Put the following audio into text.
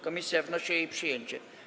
Komisja wnosi o jej przyjęcie.